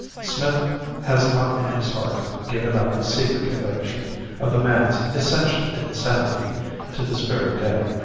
smith has not in his heart given up his secret conviction of the man's essential insanity to this very day.